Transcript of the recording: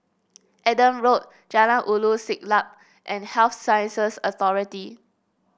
Adam Road Jalan Ulu Siglap and Health Sciences Authority